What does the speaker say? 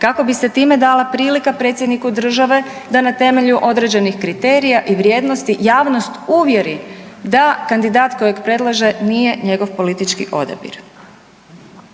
kako bi se time dala prilika Predsjedniku države da na temelju određenih kriterija i vrijednosti, javnost uvjeri da kandidat kojeg predlaže, nije njihov politički odabir.